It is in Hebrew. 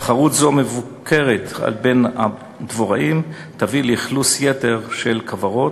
תחרות לא מבוקרת בין הדבוראים תביא לאכלוס יתר של כוורות,